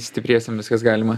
stipriesiem viskas galima